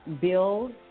build